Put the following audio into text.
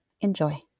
Enjoy